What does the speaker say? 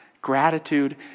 gratitude